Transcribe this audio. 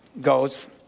goes